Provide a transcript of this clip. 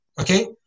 okay